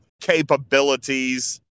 capabilities